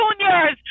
juniors